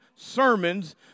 sermons